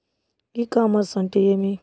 ఇ commerce అంటే ఏమి?